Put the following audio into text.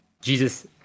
Jesus